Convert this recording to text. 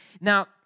Now